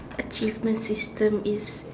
achievement system is